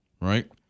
right